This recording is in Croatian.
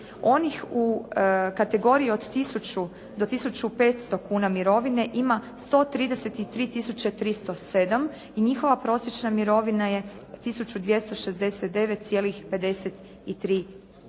Onih u kategoriji od 1.000,00 do 1.500,00 kuna mirovine ima 133.307 i njihova prosječna mirovina je 1.269,53